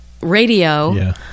radio